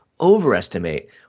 overestimate